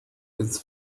ins